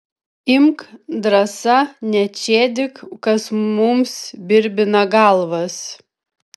imk drąsa nečėdyk kas mums birbina galvas